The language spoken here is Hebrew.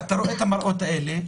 אתה רואה את המראות האלה,